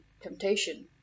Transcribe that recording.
temptation